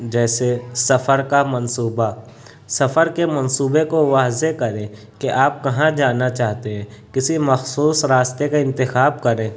جیسے سفر کا منصوبہ سفر کے منصوبے کو واضح کریں کہ آپ کہاں جانا چاہتے ہیں کسی مخصوص راستے کا انتخاب کریں